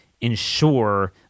ensure